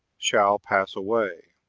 shall pass away.